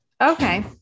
Okay